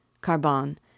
Carbon